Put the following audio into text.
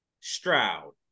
Stroud